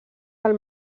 del